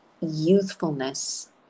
youthfulness